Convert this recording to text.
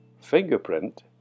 fingerprint